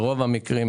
ברוב המקרים,